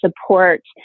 support